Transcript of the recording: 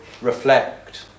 reflect